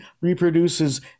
reproduces